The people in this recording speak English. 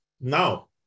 Now